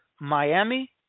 Miami